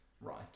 right